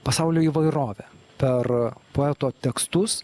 pasaulio įvairovę per poeto tekstus